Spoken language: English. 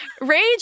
rage